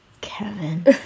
Kevin